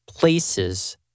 places